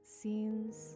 Scenes